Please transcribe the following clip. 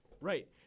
Right